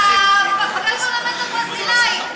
חבר הפרלמנט הברזילאי.